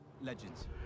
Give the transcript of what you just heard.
legends